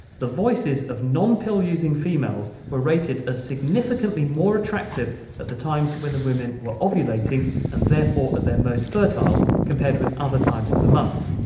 the voices of non pill-using females were rated as ah significantly more attractive at the times when the women were ovulating and therefore at their most fertile compared with other times of the month.